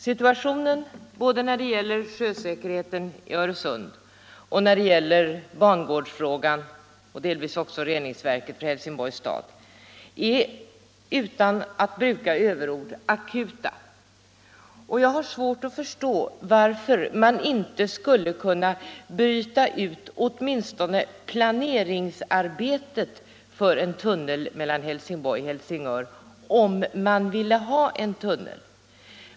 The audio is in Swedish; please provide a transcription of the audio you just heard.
Situationen både när det gäller sjösäkerheten i Öresund och när det gäller bangårdsfrågan är — utan att bruka överord — akut. Jag har svårt att förstå varför man inte skulle kunna diskutera åtminstone planeringsarbetet för en tunnel mellan Helsingborg och Helsingör, om man ville ha en tunnel.